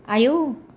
आयौ